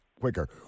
quicker